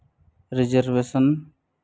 reservation